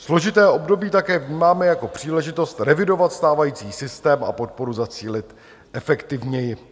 Složité období také vnímáme jako příležitost revidovat stávající systém a podporu zacílit efektivněji.